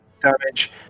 damage